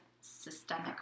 systemic